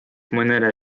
mõnele